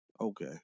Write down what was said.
okay